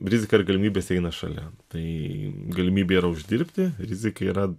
rizika ir galimybės eina šalia tai galimybė yra uždirbti rizika yra